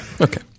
Okay